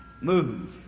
move